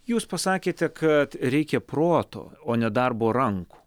jūs pasakėte kad reikia proto o ne darbo rankų